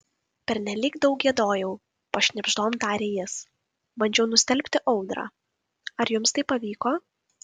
pernelyg daug giedojau pašnibždom taria jis bandžiau nustelbti audrą ar jums tai pavyko